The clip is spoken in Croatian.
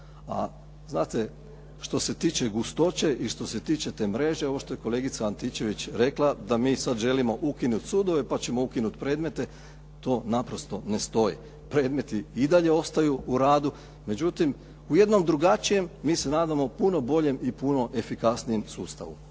A znate, što se tiče gustoće i što se tiče te mreže, ovo što je kolegica Antičević rekla da mi sad želimo ukinuti sudove, pa ćemo ukinuti predmete, to naprosto ne stoji. Predmeti i dalje ostaju u radu, međutim u jednom drugačije, mi se nadamo puno boljem i puno efikasnijem sustavu.